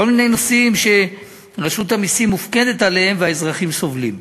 כל מיני נושאים שרשות המסים מופקדת עליהם והאזרחים סובלים.